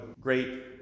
great